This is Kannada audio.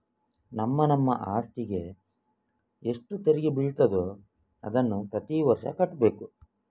ನಮ್ಮ ನಮ್ಮ ಅಸ್ತಿಗೆ ಎಷ್ಟು ತೆರಿಗೆ ಬೀಳ್ತದೋ ಅದನ್ನ ಪ್ರತೀ ವರ್ಷ ಕಟ್ಬೇಕು